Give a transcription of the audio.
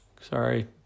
Sorry